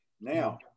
Now